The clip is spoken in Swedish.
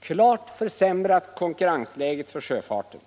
klart försämrat konkurrensläget för sjöfarten.